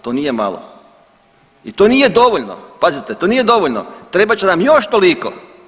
To nije malo i to nije dovoljno, pazite to nije dovoljno, trebat će nam još toliko.